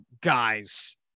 guys